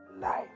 life